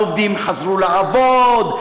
העובדים חזרו לעבוד,